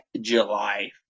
july